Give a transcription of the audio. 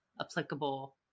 applicable